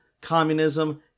communism